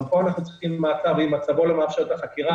גם פה אנחנו צריכים מעצר ואם מצבו לא מאפשר את החקירה